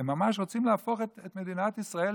ממש רוצים להפוך את מדינת ישראל